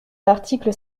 l’article